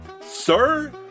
Sir